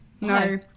No